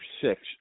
six